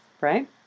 right